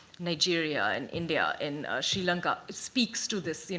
nigeria, in india, in sri lanka speaks to this.